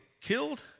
killed